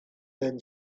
then